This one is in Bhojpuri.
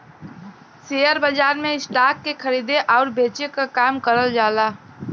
शेयर बाजार में स्टॉक के खरीदे आउर बेचे क काम करल जाला